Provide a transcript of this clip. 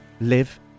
live